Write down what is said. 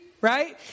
right